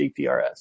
GPRS